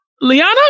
Liana